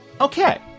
okay